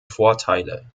vorteile